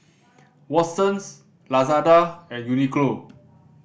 Watsons Lazada and Uniqlo